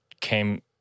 came